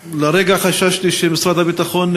סגן שר הביטחון,